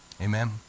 amen